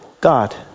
God